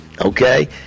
okay